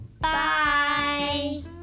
bye